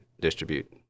distribute